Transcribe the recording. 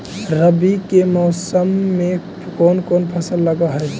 रवि के मौसम में कोन कोन फसल लग है?